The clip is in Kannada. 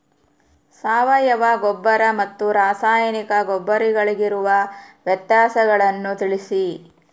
ಸಾವಯವ ಗೊಬ್ಬರ ಮತ್ತು ರಾಸಾಯನಿಕ ಗೊಬ್ಬರಗಳಿಗಿರುವ ವ್ಯತ್ಯಾಸಗಳನ್ನು ತಿಳಿಸಿ?